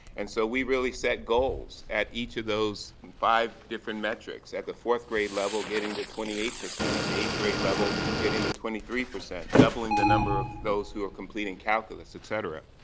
and so we really set goals at each of those five different metrics at the fourth grade level getting to twenty eight percent, at the eighth grade level getting to twenty three percent, doubling the number of those who are completing calculus, ecsetera.